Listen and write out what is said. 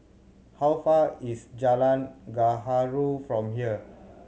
how far is Jalan Gaharu from here